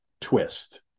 twist